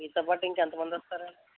మీతోపాటు ఇంకా ఎంతమందొస్తారు